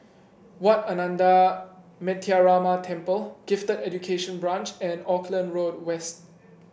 Wat Ananda Metyarama Temple Gifted Education Branch and Auckland Road West